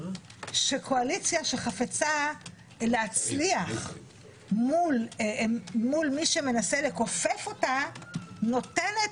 שקואליציה שחפצה להצליח מול מי שמנסה לכופף אותה נותנת